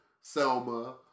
Selma